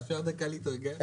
אפשר דקה להתרגל?